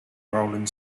rolling